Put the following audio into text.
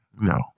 No